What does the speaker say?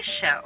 show